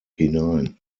hinein